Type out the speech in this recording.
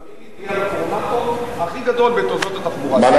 תאמין לי שאתה תהיה הרפורמטור הכי גדול בתולדות התחבורה.